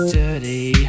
dirty